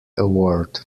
award